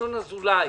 ינון אזולאי,